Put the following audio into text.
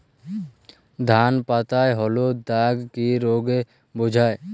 ধান পাতায় হলুদ দাগ কি রোগ বোঝায়?